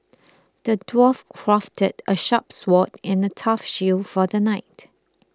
the dwarf crafted a sharp sword and a tough shield for the knight